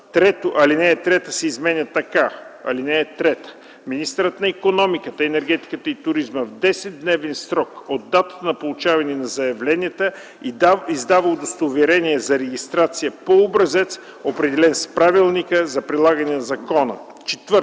3. Алинея 3 се изменя така: „(3) Министърът на икономиката, енергетиката и туризма в 10-дневен срок от датата на получаване на заявленията издава удостоверение за регистрация по образец, определен с правилника за прилагане на закона”. 4.